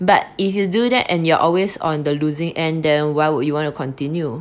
but if you do that and you are always on the losing end then why would you want to continue